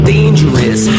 Dangerous